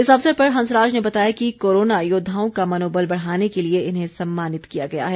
इस अवसर पर हंसराज ने बताया कि कोरोना योद्वाओं का मनोबल बढ़ाने के लिए इन्हें सम्मानित किया गया है